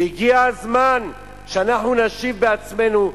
הגיע הזמן שאנחנו נשיב בעצמנו,